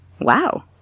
Wow